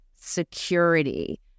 security